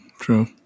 true